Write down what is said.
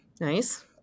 Nice